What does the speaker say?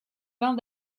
vins